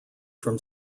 from